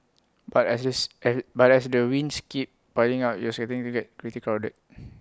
but as this but as the wins keep piling up IT was starting to get pretty crowded